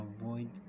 avoid